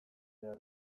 behar